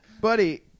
buddy